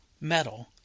metal